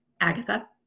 Agatha